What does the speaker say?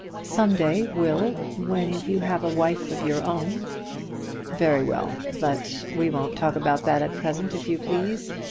some day, will, when you have a wife of your own very well but we won't talk about that at present, if you please.